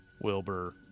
Wilbur